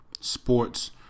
sports